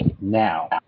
Now